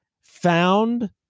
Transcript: found